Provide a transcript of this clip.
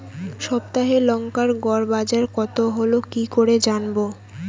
সপ্তাহে লংকার গড় বাজার কতো হলো কীকরে জানবো?